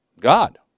God